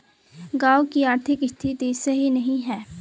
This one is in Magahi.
गाँव की आर्थिक स्थिति सही नहीं है?